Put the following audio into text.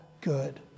good